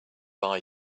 eye